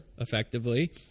effectively